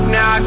Now